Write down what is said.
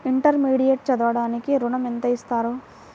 Intermediate చదవడానికి ఋణం ఎంత ఇస్తారు?